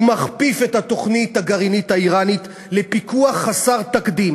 הוא מכפיף את התוכנית הגרעינית האיראנית לפיקוח חסר תקדים